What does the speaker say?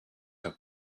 have